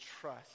trust